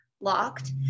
locked